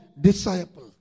disciple